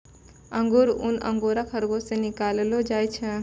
अंगुरा ऊन अंगोरा खरगोस से निकाललो जाय छै